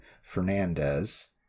Fernandez